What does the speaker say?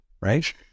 right